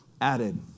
added